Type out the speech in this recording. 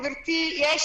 גברתי,